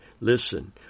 listen